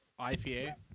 IPA